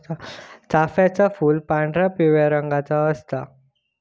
चाफ्याचा फूल पांढरा, पिवळ्या रंगाचा असता